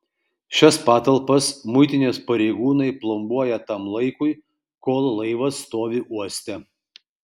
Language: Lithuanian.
šias patalpas muitinės pareigūnai plombuoja tam laikui kol laivas stovi uoste